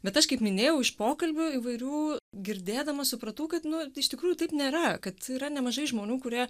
bet aš kaip minėjau iš pokalbių įvairių girdėdama supratau kad nu iš tikrųjų taip nėra kad yra nemažai žmonių kurie